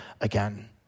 again